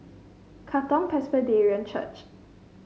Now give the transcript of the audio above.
Katong Presbyterian Church